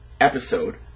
episode